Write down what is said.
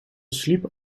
sliep